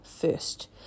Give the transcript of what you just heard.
first